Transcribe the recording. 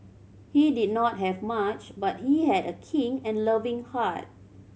he did not have much but he had a kind and loving heart